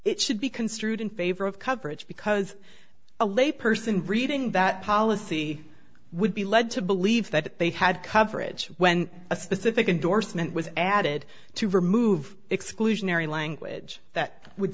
it should be construed in favor of coverage because a lay person reading that policy would be led to believe that they had coverage when a specific indorsement was added to remove exclusionary language that would